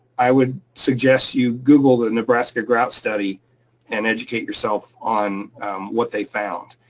i would suggest you google the nebraska grout study and educate yourself on what they found.